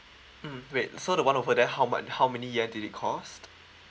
mm wait so the one over there how much how many yen did it cost